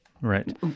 Right